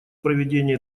проведение